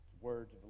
Words